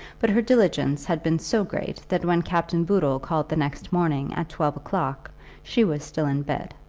but her diligence had been so great that when captain boodle called the next morning at twelve o'clock she was still in bed.